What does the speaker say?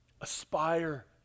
Aspire